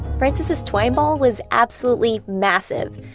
francis's twine ball was absolutely massive.